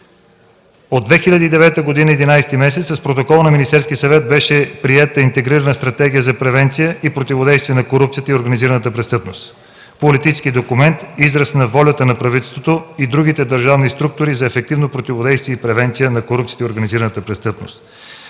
От 2009 г. 11-и месец с протокол на Министерския съвет беше приета Интегрирана стратегия за превенция и противодействие на корупцията и организираната престъпност – политически документ, израз на волята на правителството и другите държавни структури за ефективно противодействие и превенция на корупцията и организираната престъпност.